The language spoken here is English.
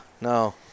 No